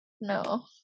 No